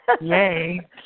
Yay